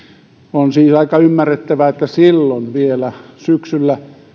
on siis aika ymmärrettävää että vielä silloin syksyllä